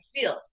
field